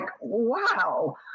wow